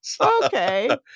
Okay